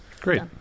Great